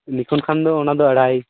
ᱱᱤᱠᱳᱱ ᱠᱷᱟᱱ ᱫᱚ ᱚᱱᱟᱫᱚ ᱟᱲᱟᱭ